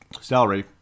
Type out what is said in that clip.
salary